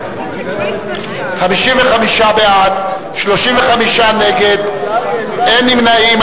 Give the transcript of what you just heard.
55 בעד, 35 נגד, אין נמנעים.